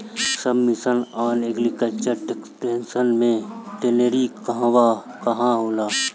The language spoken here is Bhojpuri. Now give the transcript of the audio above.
सब मिशन आन एग्रीकल्चर एक्सटेंशन मै टेरेनीं कहवा कहा होला?